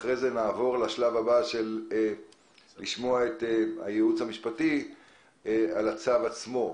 אחרי זה נעבור לשמוע את הייעוץ המשפטי בסקירה על הצו עצמו.